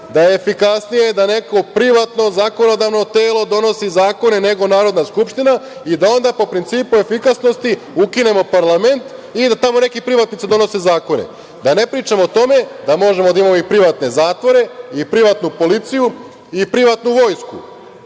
da je efikasnije da neko privatno zakonodavno telo donosi zakone nego Narodna skupština i da onda po principu efikasnosti ukinemo parlament i da tamo neki privatnici donose zakone, da ne pričamo o tome da možemo da imamo i privatne zatvore i privatnu policiju i privatnu vojsku. Možemo